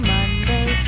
Monday